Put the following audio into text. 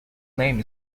name